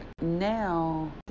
now